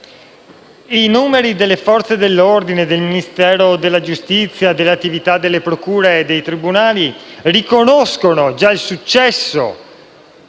I numeri delle Forze dell'ordine, del Ministero della giustizia e delle attività delle procure dei tribunali riconoscono già il successo